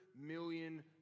million